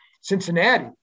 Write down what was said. Cincinnati